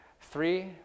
Three